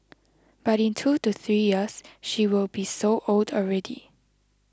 but in two to three years she will be so old already